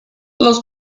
los